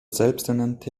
selbsternannte